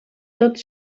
tots